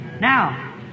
Now